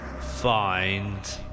find